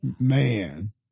Man